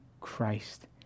Christ